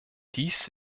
dies